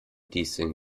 disteln